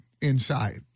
inside